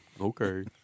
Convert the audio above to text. Okay